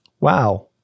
Wow